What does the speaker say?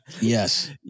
yes